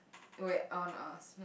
wait I wanna ask